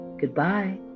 Goodbye